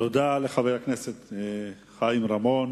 תודה לחבר הכנסת חיים רמון,